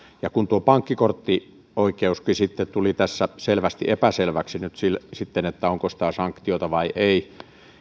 kun tuo pankkikorttioikeuskin tuli tässä selvästi epäselväksi nyt sitten että onko sitä sanktiota vai ei